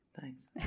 Thanks